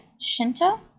Shinto